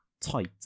Tight